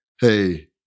Hey